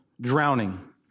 drowning